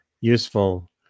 useful